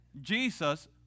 Jesus